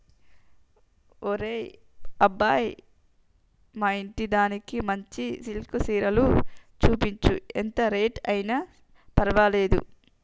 ఒరే అబ్బాయి మా ఇంటిదానికి మంచి సిల్కె సీరలు సూపించు, ఎంత రేట్ అయిన పర్వాలేదు